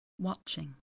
watching